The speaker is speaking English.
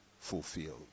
fulfilled